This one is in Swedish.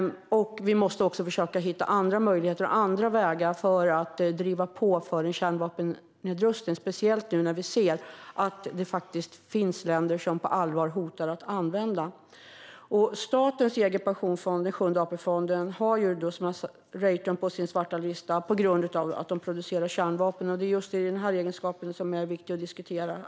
Vi måste också försöka hitta andra möjligheter och vägar att driva på för en kärnvapennedrustning, speciellt nu när vi ser att det finns länder som på allvar hotar med att använda kärnvapen. En av statens egna pensionsfonder, Sjunde AP-fonden, har Raytheon på sin svarta lista på grund av att företaget producerar kärnvapen. Det är just denna kärnvapenkoppling som är viktig att diskutera.